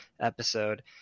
episode